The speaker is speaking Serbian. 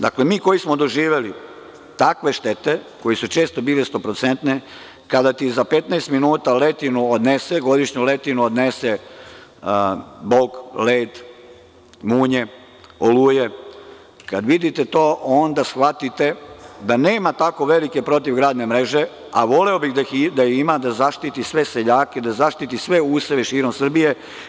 Dakle, mi koji smo doživeli takve štete, koje su često bile 100%, kada ti za 15 minuta letinu odnese, godišnju letinu odnese Bog, led, munje, oluje, kada vidite to onda shvatite da nema tako velike protivgradne mreže, a voleo bih da ih ima, da zaštiti sve seljake, da zaštiti sve useve širom Srbije.